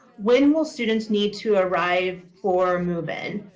when will students need to arrive for move-in?